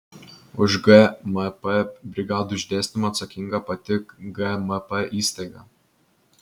už gmp brigadų išdėstymą atsakinga pati gmp įstaiga